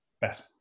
best